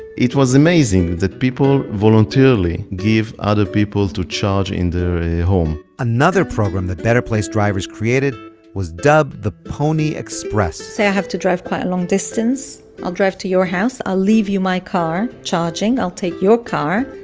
it was amazing that people voluntarily give other people to charge in their home another program that better place drivers created was dubbed the pony express say, i have to drive quite a long distance, i'll drive to your house, i'll leave you my car, charging, i'll take your car,